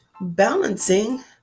balancing